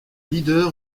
leader